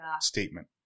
statement